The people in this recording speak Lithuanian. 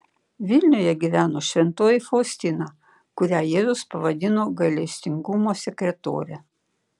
vilniuje gyveno šventoji faustina kurią jėzus pavadino gailestingumo sekretore